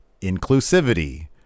inclusivity